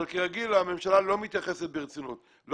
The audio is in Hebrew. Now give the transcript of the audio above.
אבל כרגיל הממשלה לא מתייחסת ברצינות לא